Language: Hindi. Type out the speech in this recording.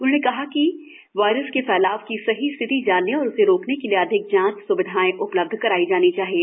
उन्होंने यह भी कहा कि वायरस के फैलाव की सही स्थिति जानने और उसे रोकने के लिए अधिक जांच सुविधाएं उपलब्ध कराई जानी चाहिए